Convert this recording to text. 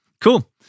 Cool